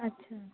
अच्छा